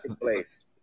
place